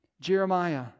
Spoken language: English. Jeremiah